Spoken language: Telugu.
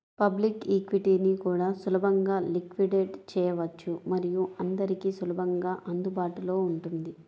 పబ్లిక్ ఈక్విటీని కూడా సులభంగా లిక్విడేట్ చేయవచ్చు మరియు అందరికీ సులభంగా అందుబాటులో ఉంటుంది